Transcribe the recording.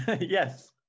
Yes